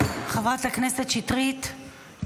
חברת הכנסת שטרית, קטי.